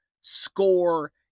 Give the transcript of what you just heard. score